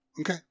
Okay